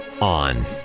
On